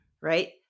right